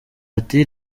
ati